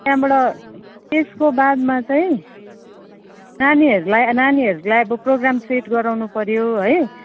त्यहाँबाट त्यसको बादमा चाहिँ नानीहरूलाई नानीहरूलाई अब प्रोग्राम सेट गराउनुपर्यो है